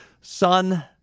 son